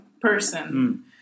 person